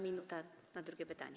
Minuta na drugie pytanie.